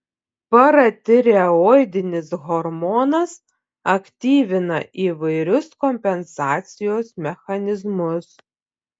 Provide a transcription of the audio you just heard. paratireoidinis hormonas aktyvina įvairius kompensacijos mechanizmus